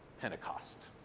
Pentecost